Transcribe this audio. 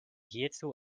hierzu